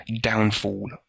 downfall